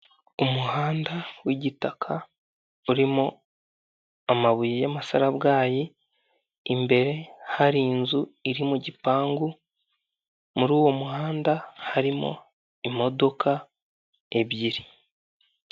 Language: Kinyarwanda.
Umuhanda w'igitaka urimo amabuye y'amasarabwayi imbere hari inzu iri mu gipangu muri uwo muhanda harimo imodoka ebyiri.